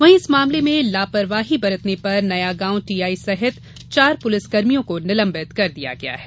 वहीं इस मामले में लापरवाही बरतने पर नयागांव टीआई सहित चार पुलिस कर्मियों को निलंबित कर दिया गया है